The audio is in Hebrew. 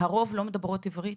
הרוב לא מדברות עברית.